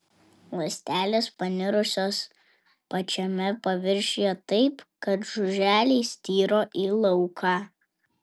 ląstelės panirusios pačiame paviršiuje taip kad žiuželiai styro į lauką